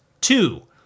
two